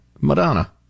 Madonna